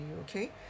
okay